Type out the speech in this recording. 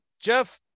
Jeff